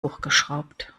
hochgeschraubt